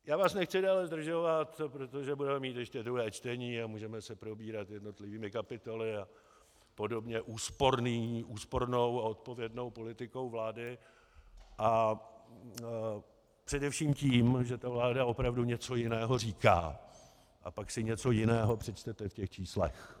Já vás nechci dále zdržovat, protože budeme mít ještě druhé čtení a můžeme se probírat jednotlivými kapitolami a podobně úspornou a odpovědnou politikou vlády a především tím, že ta vláda opravdu něco jiného říká a pak si něco jiného přečtete v těch číslech.